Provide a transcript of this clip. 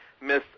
miss